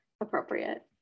appropriate